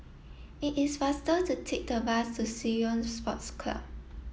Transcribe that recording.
it is faster to take the bus to Ceylon Sports Club